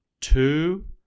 two